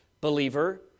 believer